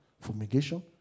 fumigation